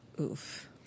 Oof